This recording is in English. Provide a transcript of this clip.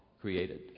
created